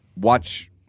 watch